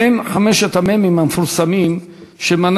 בעבר